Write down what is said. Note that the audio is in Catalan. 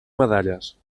medalles